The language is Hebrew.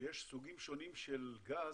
שיש סוגים שונים של גז,